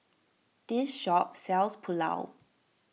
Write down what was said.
this shop sells Pulao